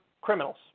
criminals